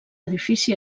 edifici